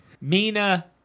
Mina